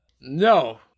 No